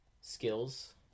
skills